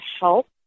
help